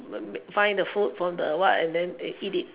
find the food from the what and then eat it